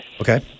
Okay